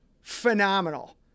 Phenomenal